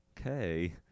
okay